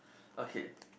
okay